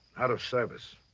out of service.